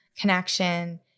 connection